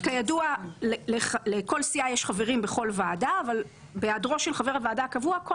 בכל ועדה ובהעדרו של חבר הוועדה הקבוע כל